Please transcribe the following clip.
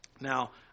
Now